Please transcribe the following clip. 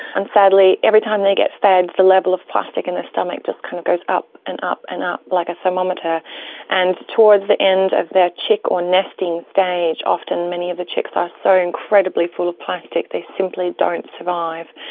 and sadly every time they get fed the level of plastic in their stomach just kind of goes up and up and up like a thermometer and towards the end of their chick or nesting stage often many of the chicks are so incredibly full of plastic they simply don't survive.